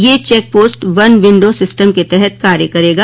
यह check post one window system के तहत कार्य करेगा